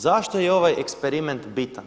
Zašto je ovaj eksperiment bitan?